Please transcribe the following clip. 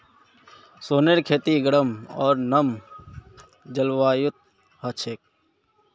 सोनेर खेती गरम आर नम जलवायुत ह छे